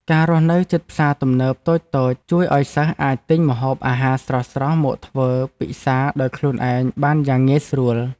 ការរស់នៅជិតផ្សារទំនើបតូចៗជួយឱ្យសិស្សអាចទិញម្ហូបអាហារស្រស់ៗមកធ្វើពិសារដោយខ្លួនឯងបានយ៉ាងងាយស្រួល។